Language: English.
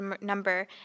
number